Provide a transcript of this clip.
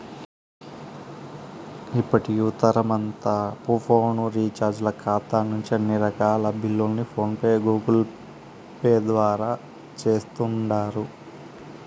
ఇప్పటి యువతరమంతా ఫోను రీచార్జీల కాతా నుంచి అన్ని రకాల బిల్లుల్ని ఫోన్ పే, గూగుల్పేల ద్వారా సేస్తుండారు